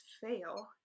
fail